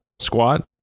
squat